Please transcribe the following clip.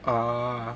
oo